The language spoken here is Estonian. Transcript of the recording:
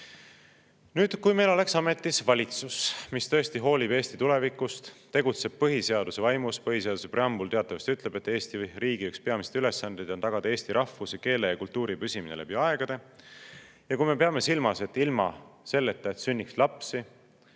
Nüüd, kui meil oleks ametis valitsus, mis tõesti hoolib Eesti tulevikust, tegutseb põhiseaduse vaimus – põhiseaduse preambul teatavasti ütleb, et Eesti riigi üks peamisi ülesandeid on tagada eesti rahvuse, keele ja kultuuri püsimine läbi aegade – ja kui me peame silmas, et ilma selleta, et sünniks lapsi